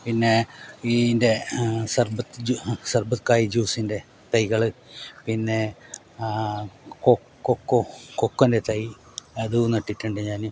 പിന്നെ ഇതിൻ്റെ സർബത്ത് ജൂ സർബത്ത് കായി ജ്യൂസിൻ്റെ തൈകൾ പിന്നെ കൊക്കോ കൊക്കോൻ്റെ തൈ അത് നട്ടിട്ടുണ്ട് ഞാൻ